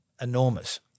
enormous